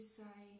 say